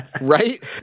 Right